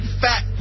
fat